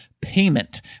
payment